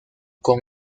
con